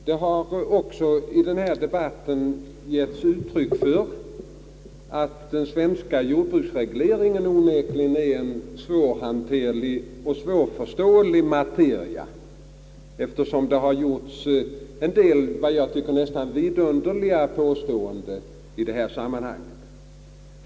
Det har i debatten också givits uttryck för att den svenska jordbruksregleringen onekligen är en svårhanterlig och svårförståelig matcria, och det har gjorts en del, efter vad jag tycker, nästan vidunderliga påståenden i detta sammanhang.